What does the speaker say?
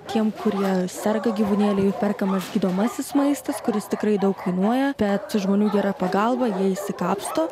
tiem kurie serga gyvūnėliai perkamas gydomasis maistas kuris tikrai daug kainuoja bet žmonių gera pagalba jie išsikapsto